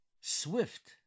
swift